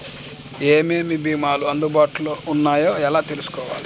ఏమేమి భీమాలు అందుబాటులో వున్నాయో ఎలా తెలుసుకోవాలి?